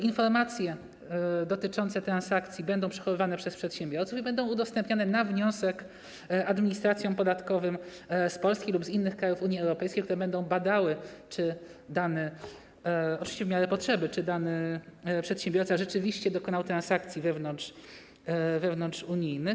Informacje dotyczące transakcji będą przechowywane przez przedsiębiorców i udostępniane, na wniosek, administracjom podatkowym z Polski lub z innych krajów Unii Europejskiej, które będą badały - oczywiście w miarę potrzeby - czy dany przedsiębiorca rzeczywiście dokonał transakcji wewnątrzunijnych.